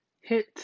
hit